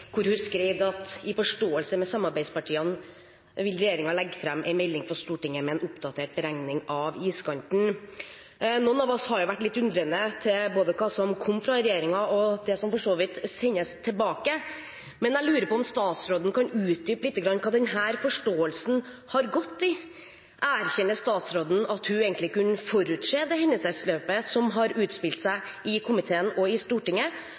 hvor hun skrev: «I forståelse med samarbeidspartiene vil regjeringen legge frem en melding for Stortinget med en oppdatert beregning av iskanten». Noen av oss har vært litt undrende til både hva som kom fra regjeringen, og det som for så vidt sendes tilbake, men jeg lurer på om statsråden kan utdype litt hva denne forståelsen har gått ut på? Erkjenner statsråden at hun egentlig kunne forutse det hendelsesforløpet som har utspilt seg i komiteen og i Stortinget?